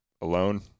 alone